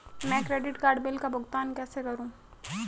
मैं credit card bill का भुगतान कैसे करूं?